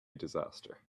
disaster